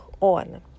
on